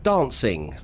Dancing